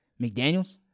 McDaniels